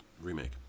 remake